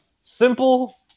simple